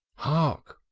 hark,